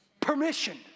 permission